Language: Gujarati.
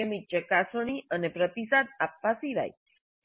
નિયમિત ચકાસણી અને પ્રતિસાદ આપવા સિવાય